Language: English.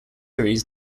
series